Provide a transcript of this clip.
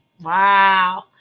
Wow